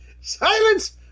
Silence